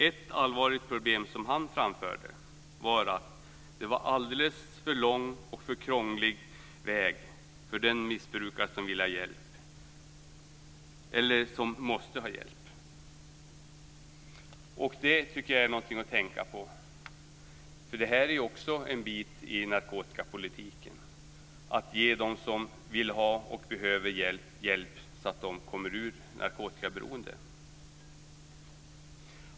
Ett allvarligt problem som han framförde var att det var alldeles för lång och krånglig väg för den missbrukare som vill ha hjälp eller som måste ha hjälp. Det tycker jag är någonting att tänka på. Det är också en del av narkotikapolitiken att ge hjälp åt dem som vill ha och behöver hjälp för att komma ur narkotikaberoendet.